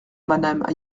madame